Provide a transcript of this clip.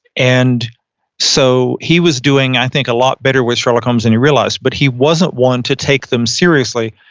and so he was doing, i think a lot better with sherlock holmes and he realized, but he wasn't one to take them seriously.